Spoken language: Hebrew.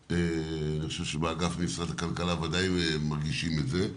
ואני חושב שבאגף במשרד הכלכלה ודאי מרגישים את זה.